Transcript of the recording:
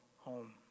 home